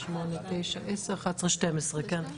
אוקיי.